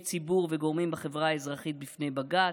ציבור וגורמים בחברה האזרחית בפני בג"ץ,